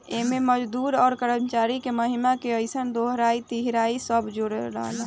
एमे मजदूर आ कर्मचारी के महिना के पइसा, देहाड़ी, तिहारी सब जोड़ाला